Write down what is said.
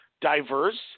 diverse